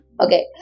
okay